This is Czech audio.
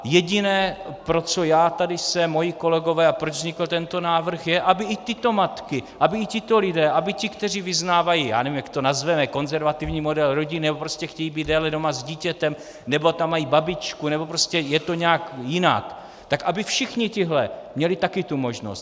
Jediné, pro co já tady jsem, moji kolegové, a proč vznikl tento návrh, je to, aby i tyto matky, aby i tito lidé, aby ti, kteří vyznávají já nevím, jak to nazveme konzervativní model rodiny, nebo prostě chtějí být déle doma s dítětem, nebo tam mají babičku, nebo je to nějak jinak, tak aby všichni tihle lidé měli také takovou možnost.